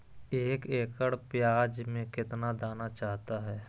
एक एकड़ प्याज में कितना दाना चाहता है?